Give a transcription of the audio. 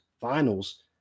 Finals